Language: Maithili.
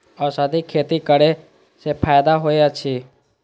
औषधि खेती करे स फायदा होय अछि?